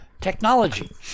technology